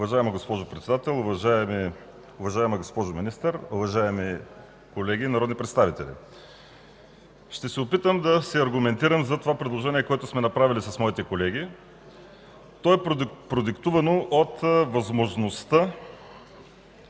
Уважаема госпожо Председател, уважаема госпожо Министър, уважаеми колеги народни представители! Ще се опитам да се аргументирам за предложението, което сме направили с моите колеги. То е продиктувано от възможността